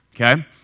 Okay